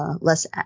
less